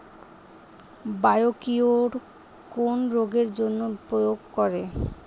Biocure কোন রোগেরজন্য প্রয়োগ করে?